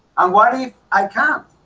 and what if i can't